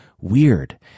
weird